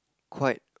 quite